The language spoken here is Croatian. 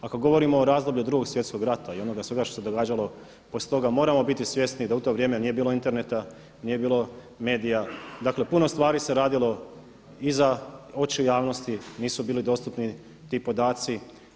Ako govorimo o razdoblju Drugog svjetskog rata i onoga svega što se događalo poslije toga, moramo biti svjesni da u to vrijeme nije bilo interneta, nije bilo medija, dakle puno stvari se radilo i za oči javnosti nisu bili dostupni ti podaci.